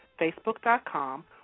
facebook.com